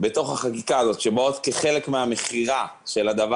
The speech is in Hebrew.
של חה"כ טופורובסקי בעניין של לוח